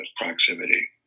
proximity